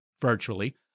virtually